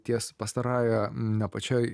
ties pastarąja ne pačia